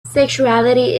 sexuality